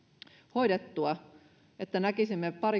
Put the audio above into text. hoidettua että näkisimme pari